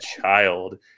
child